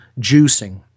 juicing